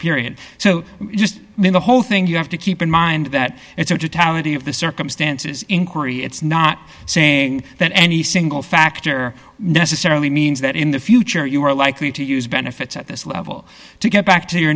period so just then the whole thing you have to keep in mind that it's a tablet if the circumstances inquiry it's not saying that any single factor necessarily means that in the future you are likely to use benefits at this level to get back to your